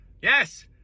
yes